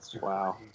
Wow